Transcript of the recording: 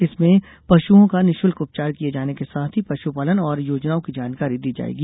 इसमें पशुओं का निशुल्क उपचार किये जाने के साथ ही पशुपालन और योजनाओं की जानकारी दी जाएगी